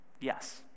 Yes